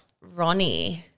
Ronnie